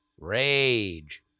rage